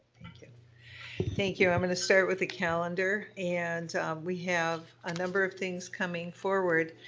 thank yeah thank you, i'm going to start with the calendar and we have a number of things coming forward.